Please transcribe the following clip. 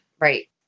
Right